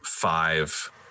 Five